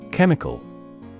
Chemical